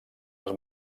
als